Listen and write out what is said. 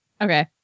Okay